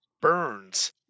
burns